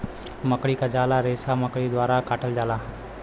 मकड़ी क झाला रेसा मकड़ी द्वारा काटल जाला